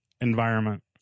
environment